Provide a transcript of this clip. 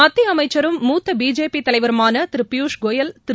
மத்திய அமைச்சரும் மூத்த பிஜேபி தலைவருமான திரு பியூஷ் கோயல் திரு